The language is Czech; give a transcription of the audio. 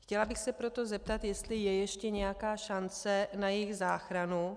Chtěla bych se proto zeptat, jestli je ještě nějaká šance na jejich záchranu.